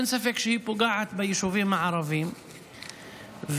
אין ספק שהיא פוגעת ביישובים הערביים ולא